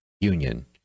union